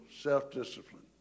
self-discipline